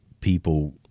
people